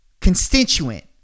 constituent